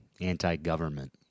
anti-government